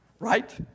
right